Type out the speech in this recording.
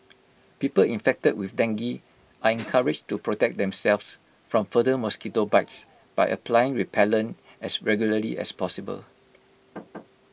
people infected with dengue are encouraged to protect themselves from further mosquito bites by applying repellent as regularly as possible